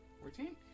Fourteen